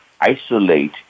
isolate